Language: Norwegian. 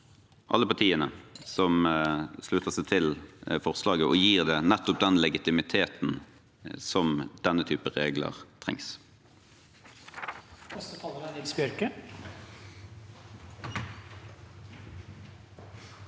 alle partiene, som slutter seg til forslaget og gir det nettopp den legitimiteten som denne typen regler trenger.